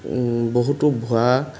বহুতো ভুৱা